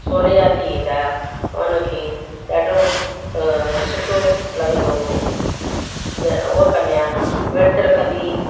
सोनेजा थी वेंदा हुआ ऐं उनखे ॾाढो सुठो लॻंदो हो द हूअ कन्या व्रतु रखंदी हुई